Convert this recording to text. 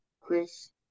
Chris